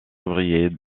ouvriers